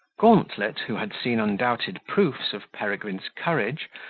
gauntlet, who had seen undoubted proofs of peregrine's courage,